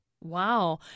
Wow